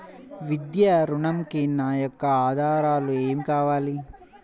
విద్యా ఋణంకి నా యొక్క ఆధారాలు ఏమి కావాలి?